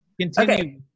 Continue